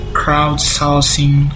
crowdsourcing